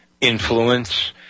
influence